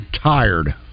tired